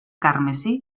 carmesí